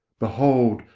behold,